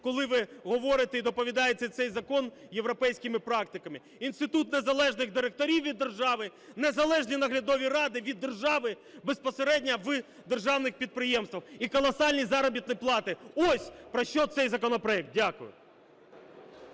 коли ви говорите і доповідаєте цей закон європейськими практиками, інститут незалежних директорів від держави, незалежні наглядові ради від держави безпосередньо в державних підприємствах і колосальні заробітні плати – ось про що цей законопроект. Дякую.